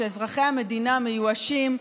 כשאזרחי המדינה מיואשים,